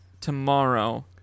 tomorrow